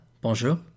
Bonjour